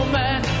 man